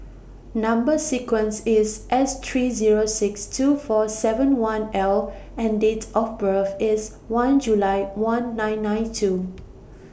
Number sequence IS S three Zero six two four seven one L and Date of birth IS one July one nine nine two